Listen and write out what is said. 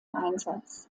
einsatz